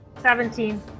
Seventeen